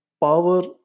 power